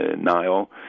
Nile